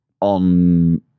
on